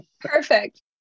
Perfect